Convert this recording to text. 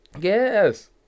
Yes